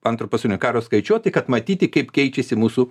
antro pasaulinio karo skaičiuot tai kad matyti kaip keičiasi mūsų